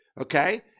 okay